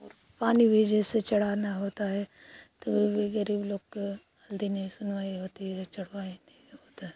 और पानी भी जैसे चढ़ाना होता है तो भी ग़रीब लोगकर हल्दी नहीं सुनवाई होती है या चढ़वाई नहीं होता है